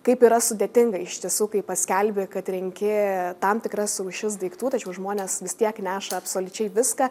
kaip yra sudėtinga iš tiesų kai paskelbi kad renki tam tikras rūšis daiktų tačiau žmonės vis tiek neša absoliučiai viską